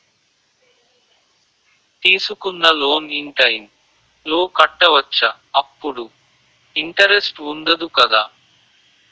తీసుకున్న loan in time లో కట్టవచ్చ? అప్పుడు ఇంటరెస్ట్ వుందదు కదా?